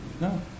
no